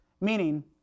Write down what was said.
Meaning